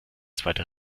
zweite